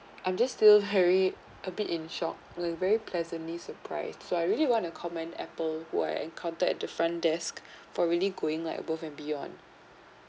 I'm just still very a bit in shock like very pleasantly surprised so I really want to comment apple who are an contact at the front desk for really going like above and beyond